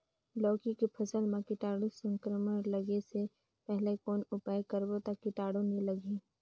लौकी के फसल मां कीटाणु संक्रमण लगे से पहले कौन उपाय करबो ता कीटाणु नी लगही?